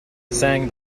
sang